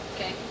Okay